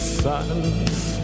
silence